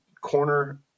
corner